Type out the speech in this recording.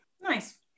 Nice